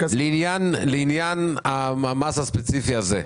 מבקש לעניין המס הספציפי הזה.